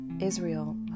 Israel